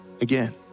again